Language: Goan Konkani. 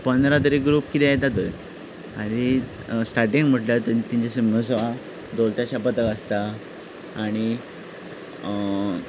पंदरा तरी ग्रूप कितें येता थंय आनी स्टार्टिंग म्हणल्यार तेचे शिगमोत्सवाक धोल ताशे आसता आनी